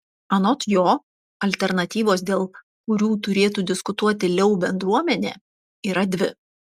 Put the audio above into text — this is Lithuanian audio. anot jo alternatyvos dėl kurių turėtų diskutuoti leu bendruomenė yra dvi